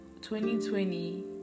2020